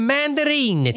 Mandarin